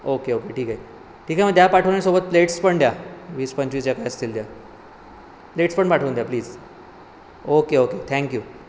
okay okay ठीक आहे ठीक आहे मग द्या पाठवून आणि सोबत प्लेट्स पण द्या वीस पंचवीस ज्या काही असतील त्या प्लेट्स पण पाठवून द्या प्लिज ओके ओके थँक्यू